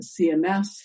CMS